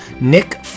Nick